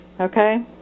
okay